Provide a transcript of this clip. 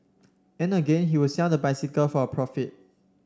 and again he would sell the bicycle for a profit